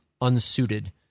unsuited